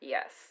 Yes